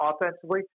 offensively